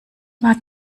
mag